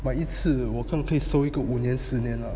买一次我肯可以收五年十年了